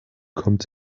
kommt